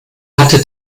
hatte